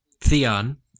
Theon